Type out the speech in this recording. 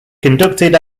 conducted